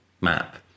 map